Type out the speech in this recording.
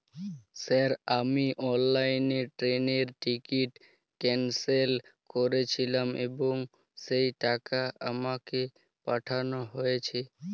Sir আমি অনলাইনে ট্রেনের টিকিট ক্যানসেল করেছিলাম এবং সেই টাকা আমাকে পাঠানো হয়েছে?